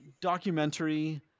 Documentary